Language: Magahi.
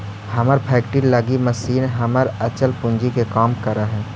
हमर फैक्ट्री लगी मशीन हमर अचल पूंजी के काम करऽ हइ